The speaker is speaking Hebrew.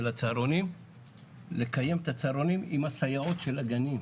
הצהרונים לקיים את הצהרונים עם הסייעות של הגנים,